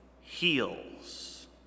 heals